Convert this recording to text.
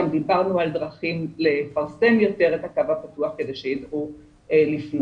גם דיברנו על דרכים לפרסם יותר את הקו הפתוח כדי שידעו לפנות.